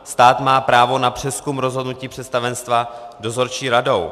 Stát má právo na přezkum rozhodnutí představenstva dozorčí radou.